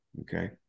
okay